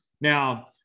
Now